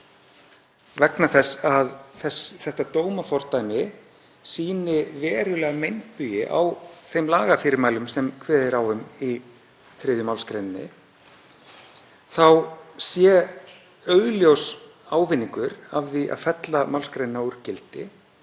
vegna þess að þetta dómafordæmi sýni verulega meinbugi á þeim lagafyrirmælum sem kveðið er á um í 3. mgr., þá sé augljós ávinningur af því að fella málsgreinina úr gildi